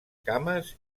cames